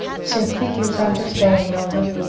sympathy gives understanding of them,